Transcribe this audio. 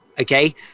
okay